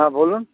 হ্যাঁ বলুন